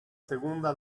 segunda